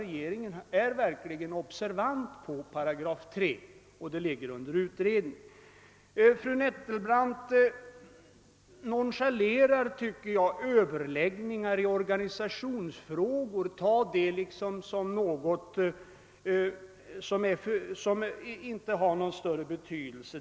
Regeringen har verkligen sin uppmärksamhet riktad på 3 §, och frågan ligger under utredning. Fru Nettelbrandt nonchalerar, tycker jag, överläggningar i organisationsfrågor; hon anser att de inte har någon större betydelse.